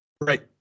Right